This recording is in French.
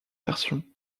versions